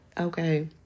Okay